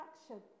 action